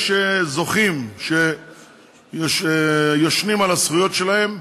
יש זוכים שישנים על הזכויות שלהם,